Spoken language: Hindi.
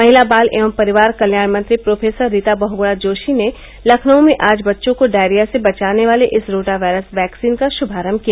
महिला बाल एवं परिवार कल्याण मंत्री प्रोफेसर रीता बहुगुणा जोशी ने लखनऊ में आज बच्चों को डायरिया से बचाने वाले इस रोटा वायरस वैक्सीन का शुभारम्भ किया